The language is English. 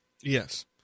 Yes